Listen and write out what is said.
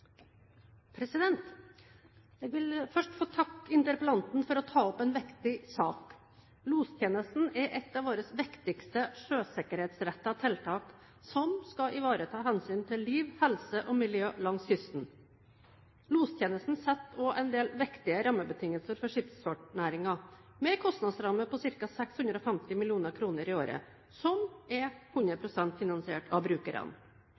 et av våre viktigste sjøsikkerhetsrettede tiltak, som skal ivareta hensyn til liv, helse og miljø langs kysten. Lostjenesten setter også en del viktige rammebetingelser for skipsfartsnæringen, med en kostnadsramme på ca. 650 mill. kr i året som er hundre prosent finansiert av brukerne.